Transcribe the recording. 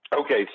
Okay